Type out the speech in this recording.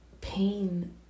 pain